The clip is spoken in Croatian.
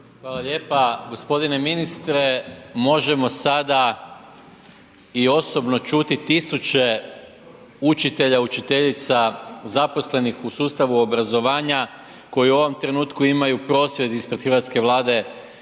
Hvala lijepa g. ministre. Možemo sada i osobno čuti tisuće učitelja i učiteljica zaposlenih u sustavu obrazovanja koji u ovom trenutku imaju prosvjed ispred hrvatske Vlade